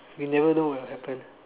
you never know what will happen